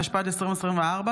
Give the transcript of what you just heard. התשפ"ד 2024,